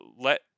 let